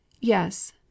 yes